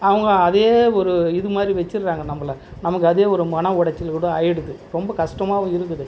அவங்க அதே ஒரு இது மாதிரி வச்சிடுறாங்க நம்மளை நமக்கு அதே ஒரு மன உடைச்சல் கூட ஆகிடுது ரொம்ப கஷ்டமாவும் இருக்குது